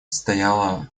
стояла